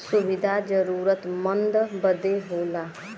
सुविधा जरूरतमन्द बदे होला